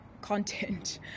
content